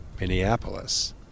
Minneapolis